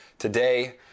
Today